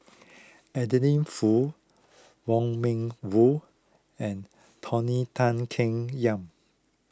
Adeline Foo Wong Meng Voon and Tony Tan Keng Yam